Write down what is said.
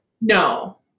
No